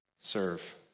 serve